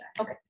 Okay